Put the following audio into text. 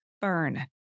burn